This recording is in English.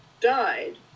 died